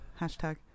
Hashtag